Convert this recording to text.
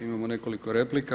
Imamo nekoliko replika.